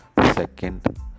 Second